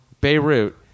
Beirut